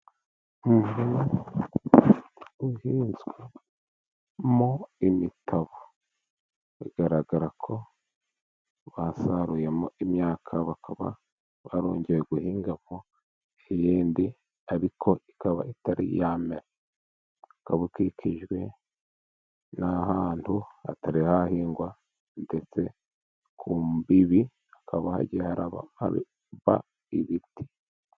Umurima uhinzwemo imitabo. Bigaragara ko basaruyemo imyaka bakaba barongeye guhingamo iyindi, ariko ikaba itari yamera. Ukaba ukikijwe n'ahantu hatari hahingwa, ndetse ku mbibi hakaba hagiye haraba ibiti.